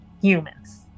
humans